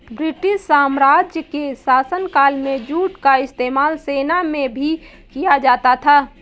British साम्राज्य के शासनकाल में जूट का इस्तेमाल सेना में भी किया जाता था